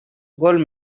gold